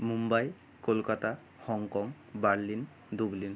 Mumbai Kolkata Hong Kong Berlin Dublin